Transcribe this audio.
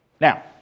Now